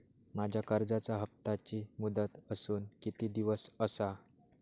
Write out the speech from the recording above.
माझ्या कर्जाचा हप्ताची मुदत अजून किती दिवस असा?